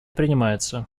принимается